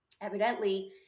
evidently